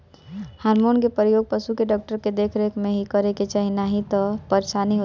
hormone के प्रयोग पशु के डॉक्टर के देख रेख में ही करे के चाही नाही तअ परेशानी हो जाई